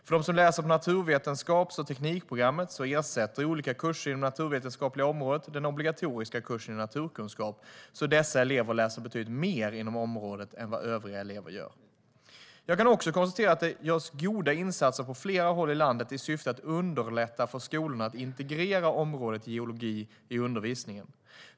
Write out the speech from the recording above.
För dem som läser på naturvetenskaps och teknikprogrammet ersätter olika kurser inom det naturvetenskapliga området den obligatoriska kursen i naturkunskap, så dessa elever läser betydligt mer inom området än vad övriga elever gör. Jag kan också konstatera att det görs goda insatser på flera håll i landet i syfte att underlätta för skolorna att integrera området geologi i undervisningen.